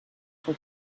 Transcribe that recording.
for